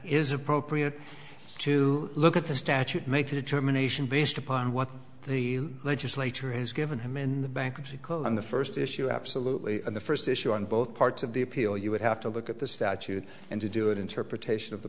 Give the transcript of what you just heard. is appropriate to look at the statute make a determination based upon what the legislature has given him in the bankruptcy court on the first issue absolutely the first issue on both parts of the appeal you would have to look at the statute and to do it interpretation of the